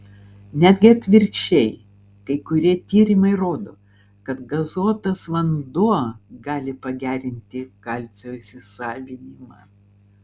netgi atvirkščiai kai kurie tyrimai rodo kad gazuotas vanduo gali pagerinti kalcio įsisavinimą